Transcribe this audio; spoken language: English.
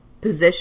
position